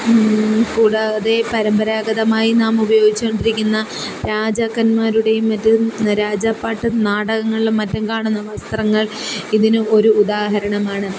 കൂടാതെ പാരമ്പരാഗതമായും നാം ഉപയോഗിച്ചോണ്ടിരിക്കുന്ന രാജാക്കന്മാരുടെയും മറ്റ് രാജാപ്പാട്ട് നാടകങ്ങളിലും മറ്റും കാണുന്ന വസ്ത്രങ്ങൾ ഇതിന് ഒരു ഉദാഹരണമാണ്